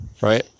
right